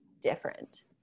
different